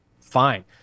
fine